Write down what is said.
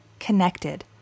connected